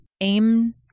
aim